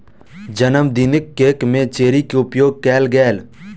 जनमदिनक केक में चेरी के उपयोग कएल गेल